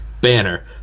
banner